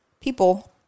people